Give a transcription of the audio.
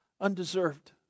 Undeserved